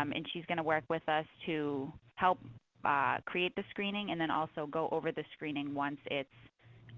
um and she's going to wok with us to help ah create the screening, and then also go over the screening once it's